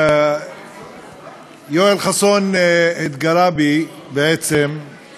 יואל חסון התגרה בי בעצם,